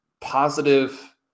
positive